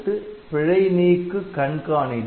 அடுத்து பிழை நீக்கு கண்காணி